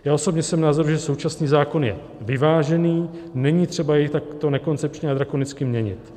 Já osobně jsem názoru, že současný zákon je vyvážený, není třeba jej takto nekoncepčně a drakonicky měnit.